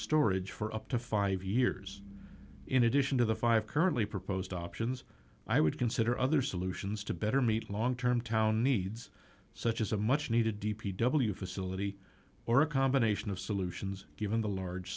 storage for up to five years in addition to the five currently proposed options i would consider other solutions to better meet long term town needs such as a much needed d p w facility or a combination of solutions given the large